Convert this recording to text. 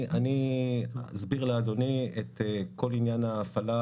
אני אסביר לאדוני את כל עניין ההפעלה.